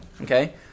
Okay